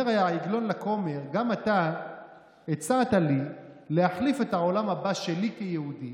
אומר העגלון לכומר: אתה הצעת לי להחליף את העולם הבא שלי כיהודי